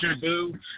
boo